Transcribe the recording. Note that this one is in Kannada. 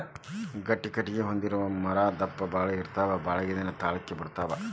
ಗಟ್ಟಿ ಕಟಗಿ ಹೊಂದಿರು ಮರಾ ದಪ್ಪ ಬಾಳ ಇರತಾವ ಬಾಳದಿನಾ ತಾಳಕಿ ಬರತಾವ